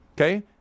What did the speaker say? Okay